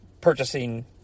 purchasing